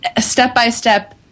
Step-by-step